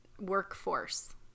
workforce